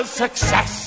success